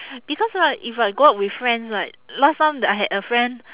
because right if I go out with friends right last time that I had a friend